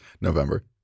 november